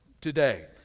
Today